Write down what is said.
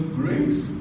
grace